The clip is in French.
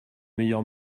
meilleur